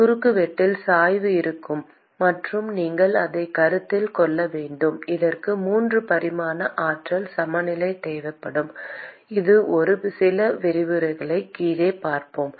குறுக்குவெட்டில் சாய்வு இருக்கும் மற்றும் நீங்கள் அதை கருத்தில் கொள்ள வேண்டும் அதற்கு 3 பரிமாண ஆற்றல் சமநிலை தேவைப்படும் இது ஒரு சில விரிவுரைகளை கீழே பார்ப்போம்